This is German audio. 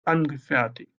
angefertigt